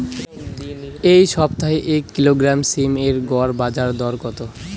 এই সপ্তাহে এক কিলোগ্রাম সীম এর গড় বাজার দর কত?